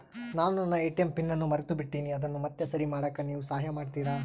ನಾನು ನನ್ನ ATM PIN ಅನ್ನು ಮರೆತುಬಿಟ್ಟೇನಿ ಅದನ್ನು ಮತ್ತೆ ಸರಿ ಮಾಡಾಕ ನೇವು ಸಹಾಯ ಮಾಡ್ತಿರಾ?